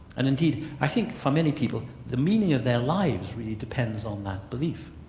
and indeed, i think for many people the meaning of their lives really depends on that belief.